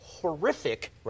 horrific